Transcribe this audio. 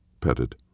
petted